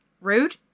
rude